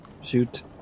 Shoot